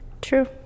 True